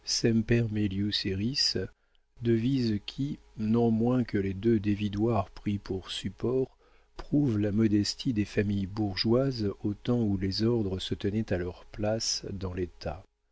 devise qui non moins que les deux dévidoirs pris pour supports prouve la modestie des familles bourgeoises au temps où les ordres se tenaient à leur place dans l'état